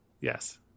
Yes